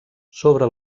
sobre